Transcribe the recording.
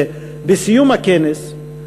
בסיום הכנס,